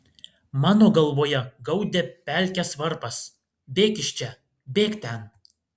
mano galvoje gaudė pelkės varpas bėk iš čia bėk ten